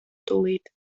tūlīt